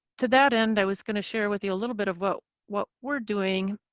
to that end, i was going to share with you a little bit of what what we're doing.